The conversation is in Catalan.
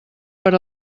per